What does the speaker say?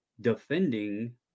defending